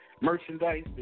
merchandise